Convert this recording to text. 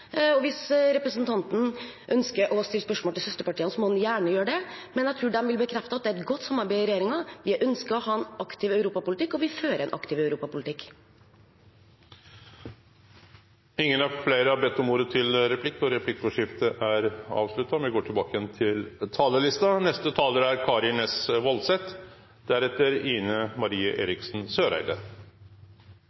Hvis representanten ønsker å stille spørsmål til søsterpartiene, må han gjerne gjøre det, men jeg tror de vil bekrefte at det er et godt samarbeid i regjeringen. Vi ønsker å ha en aktiv europapolitikk, og vi fører en aktiv europapolitikk. Replikkordskiftet er omme. Det har vært to folkeavstemninger i Norge om medlemskap i EU. Begge gangene endte det med et nei. Når vi nå ser på situasjonen i deler av unionen, er